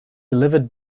delivered